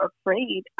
afraid